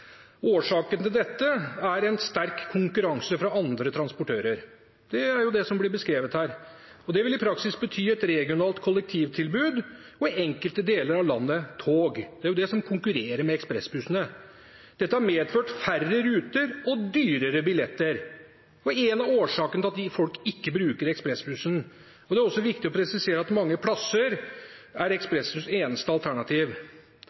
Årsaken til dette er en sterk konkurranse fra andre transportører. Det er det som blir beskrevet her. Det vil i praksis bety et regionalt kollektivtilbud og i enkelte deler av landet tog, og det er det som konkurrerer med ekspressbussene. Dette har medført færre ruter og dyrere billetter og er noe av årsaken til at folk ikke bruker ekspressbussen. Det er også viktig å presisere at mange plasser er ekspressbuss eneste alternativ.